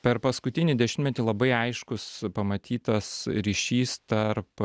per paskutinį dešimtmetį labai aiškus pamatytas ryšys tarp